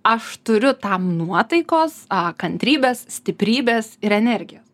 aš turiu tam nuotaikos kantrybės stiprybės ir energijos